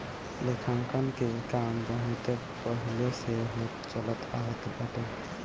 लेखांकन के काम बहुते पहिले से होत चलत आवत बाटे